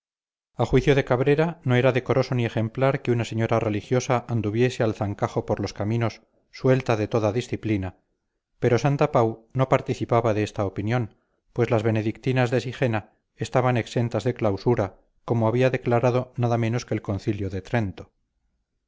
a juicio de cabrera no era decoroso ni ejemplar que una señora religiosa anduviese al zancajo por los caminos suelta de toda disciplina pero santapau no participaba de esta opinión pues las benedictinas de sigena estaban exentas de clausura como había declarado nada menos que el concilio de trento